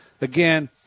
Again